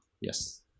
yes